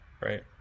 Right